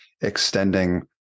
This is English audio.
extending